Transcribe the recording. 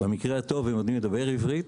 במקרה הטוב הם יודעים לדבר עברית,